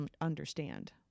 understand